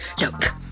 Look